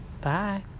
bye